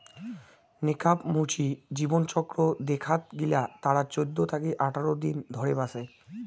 নেকাব মুচি জীবনচক্র দেখাত গিলা তারা চৌদ্দ থাকি আঠাশ দিন ধরে বাঁচে